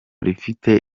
rifite